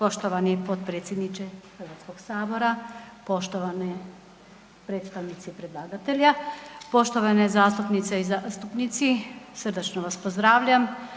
Poštovani potpredsjedniče Hrvatskog sabora, poštovani predstavnici predlagatelja, poštovane zastupnice i zastupnici srdačno vas pozdravljam,